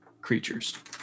creatures